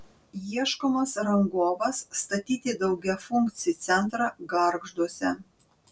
ieškomas rangovas statyti daugiafunkcį centrą gargžduose